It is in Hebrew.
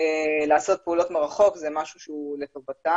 לעשות פעולות מרחוק וזה משהו שהוא לטובתם.